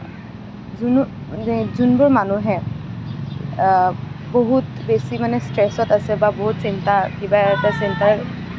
যোনো এই যোনবোৰ মানুহে বহুত বেছি মানে ষ্ট্ৰেছত আছে বা বহুত চিন্তা কিবা এটা চিন্তাৰ